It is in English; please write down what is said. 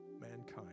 mankind